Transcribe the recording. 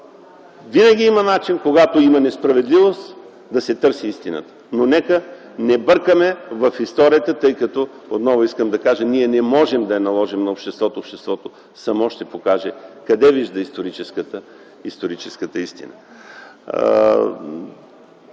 Винаги има начин, когато има несправедливост, да се търси истината. Но нека не бъркаме в историята, тъй като, отново искам да кажа, ние не можем да я наложим на обществото – обществото само ще покаже къде вижда историческата истина.